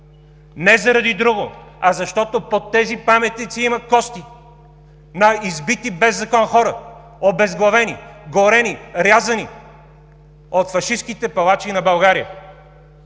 Не заради друго, а защото под тези паметници има кости на избити без закон хора – обезглавени, горени, рязани от фашистките палачи на България.